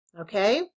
Okay